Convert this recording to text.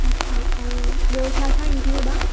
अच्छा ऐं ॿियो छा छा इंक्लुड आहे